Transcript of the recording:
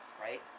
right